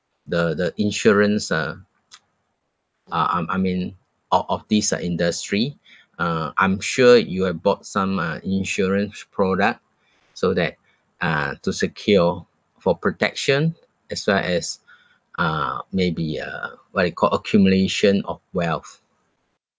the the insurance uh uh I'm I mean o~ of this uh industry uh I'm sure you have bought some uh insurance product so that uh to secure for protection as well as uh may be a what do you call accumulation of wealth